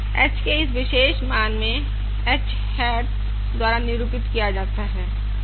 h के इस विशेष मान में h हैट द्वारा निरूपित किया जाता है